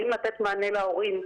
יכולים לתת מענה להורים.